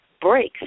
breaks